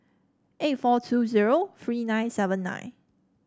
eight four two zero three nine seven nine